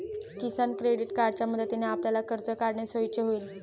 किसान credit कार्डच्या मदतीने आपल्याला कर्ज काढणे सोयीचे होईल